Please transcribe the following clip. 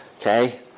Okay